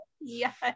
Yes